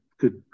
Good